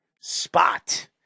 spot